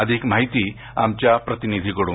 अधिक माहिती मच्या प्रतिनिधीकडून